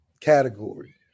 category